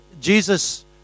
Jesus